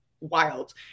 wild